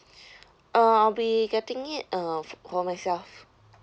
uh I'll be getting it uh f~ for myself